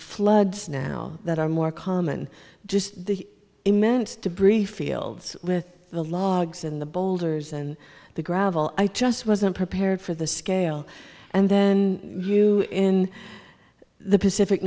floods now that are more common just the immense debris fields with the logs in the boulders and the gravel i just wasn't prepared for the scale and then you in the pacific